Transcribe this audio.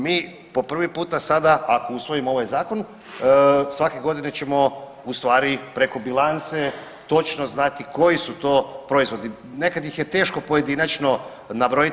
Mi po prvi puta sada ako usvojimo ovaj zakon svake godine ćemo u stvari preko bilance točno znati koji su to proizvodi, nekad ih je teško pojedinačno nabrojiti.